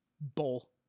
bull